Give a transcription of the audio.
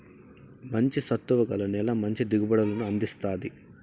మంచి సత్తువ గల నేల మంచి దిగుబడులను అందిస్తాది